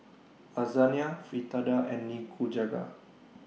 Lasagne Fritada and Nikujaga